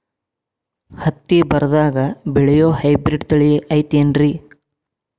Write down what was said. ಹತ್ತಿ ಬರದಾಗ ಬೆಳೆಯೋ ಹೈಬ್ರಿಡ್ ತಳಿ ಐತಿ ಏನ್ರಿ?